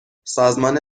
سازمان